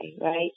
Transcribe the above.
right